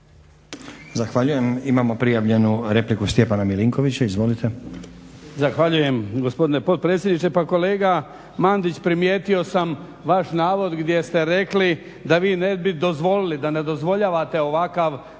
Zahvaljujem. Imamo prijavljenu repliku Stjepana Milinkovića. **Milinković, Stjepan (HDZ)** Zahvaljujem gospodine potpredsjedniče. Pa kolega Mandić, primijetio sam vaš navod gdje ste rekli da vi ne bi dozvolili da ne dozvoljavate ovakav